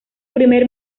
primer